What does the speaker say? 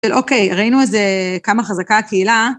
אוקיי, ראינו איזה כמה חזקה הקהילה.